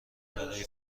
برای